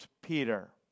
Peter